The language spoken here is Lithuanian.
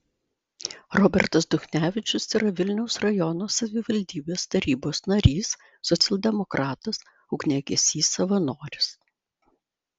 robertas duchnevičius yra vilniaus rajono savivaldybės tarybos narys socialdemokratas ugniagesys savanoris